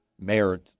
mayor